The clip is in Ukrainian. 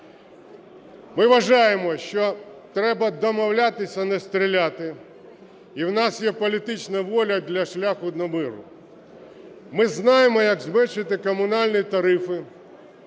Ми вважаємо, що треба домовлятися, а не стріляти, і в нас є політична воля для шляху до миру. Ми знаємо, як зменшити комунальні тарифи: